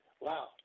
Wow